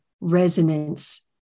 resonance